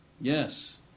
yes